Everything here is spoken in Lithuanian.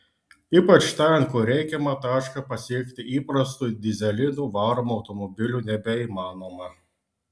ypač ten kur reikiamą tašką pasiekti įprastu dyzelinu varomu automobiliu nebeįmanoma